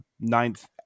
ninth